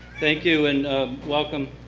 thank you, and welcome.